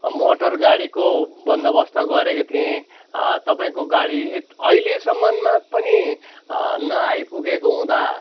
motor गाडीको बन्दबस्त गरेको थिएँ तपाईँको गाडी अहिलेसम्मनमा पनि नआइपुगेको हुँदा